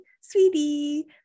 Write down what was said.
sweetie